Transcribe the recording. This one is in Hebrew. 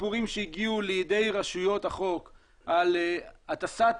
סיפורים שהגיעו לידי רשויות החוק על הטסת